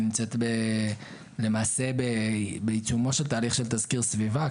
היא נמצאת בעיצומו של תהליך של תסקיר סביבה,